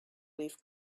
leaf